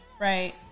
right